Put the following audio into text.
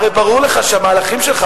הרי ברור לך שהמהלכים שלך,